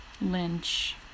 Lynch